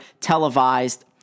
televised